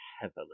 heavily